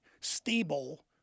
stable